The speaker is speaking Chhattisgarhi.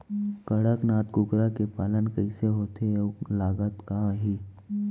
कड़कनाथ कुकरा के पालन कइसे होथे अऊ लागत का आही?